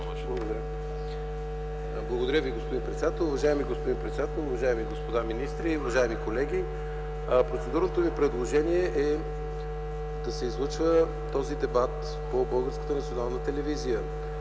Благодаря господин председател! Уважаеми господин председател, уважаеми господа министри, уважаеми колеги! Процедурното ми предложение е този дебат да се